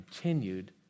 continued